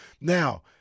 Now